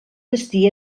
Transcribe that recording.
destí